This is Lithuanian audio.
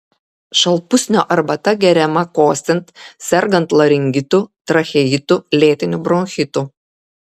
šalpusnio arbata geriama kosint sergant laringitu tracheitu lėtiniu bronchitu